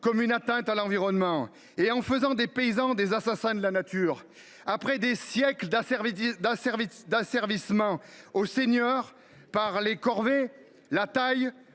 comme une atteinte à l’environnement et en faisant des paysans des assassins de la nature. Après des siècles d’asservissement aux seigneurs par les corvées, la taille,